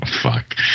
fuck